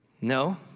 No